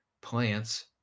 plants